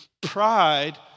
pride